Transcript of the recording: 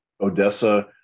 Odessa